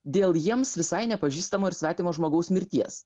dėl jiems visai nepažįstamo ir svetimo žmogaus mirties